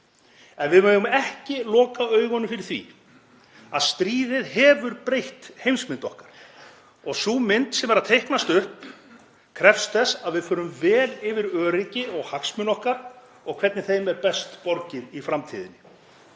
En við megum ekki loka augunum fyrir því að stríðið hefur breytt heimsmynd okkar og sú mynd sem er að teiknast upp krefst þess að við förum vel yfir öryggi og hagsmuni okkar og hvernig þeim er best borgið í framtíðinni.